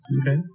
Okay